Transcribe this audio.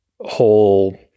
whole